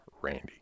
Randy